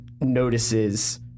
notices